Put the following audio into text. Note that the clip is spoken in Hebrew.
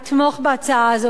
יתמוך בהצעה הזאת,